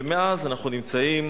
ומאז אנחנו נמצאים